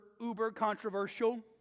uber-controversial